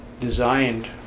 designed